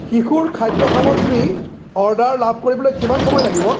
শিশুৰ খাদ্য সামগ্ৰী অৰ্ডাৰ লাভ কৰিবলৈ কিমান সময় লাগিব